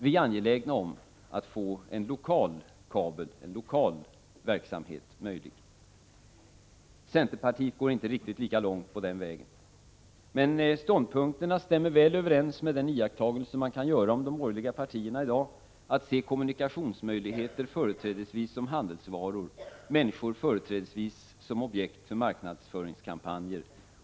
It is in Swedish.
Vi är angelägna om att få möjligheter till en lokal kabelverksamhet. Centerpartiet går inte riktigt lika långt på den här vägen, men ståndpunkterna stämmer väl överens med den iakttagelse som man kan göra beträffande de borgerliga partierna i dag, nämligen att de ser kommunikationsmöjligheter företrädesvis som handelsvaror och människor företrädesvis som objekt för marknadsföringskampanjer.